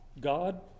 God